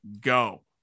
go